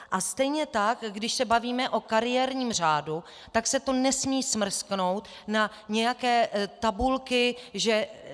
A stejně tak když se bavíme o kariérním řádu, tak se to nesmí smrsknout na nějaké tabulky, že...